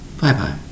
Bye-bye